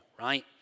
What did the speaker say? right